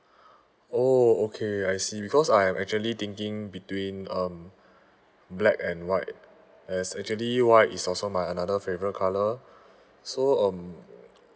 oh okay I see because I'm actually thinking between um black and white as actually white is also my another favourite colour so um